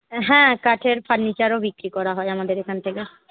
হ্যাঁ কাঠের ফার্নিচারও বিক্রি করা হয় আমাদের এখান থেকে